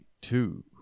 two